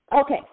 Okay